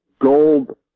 gold